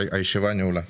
הישיבה נעולה.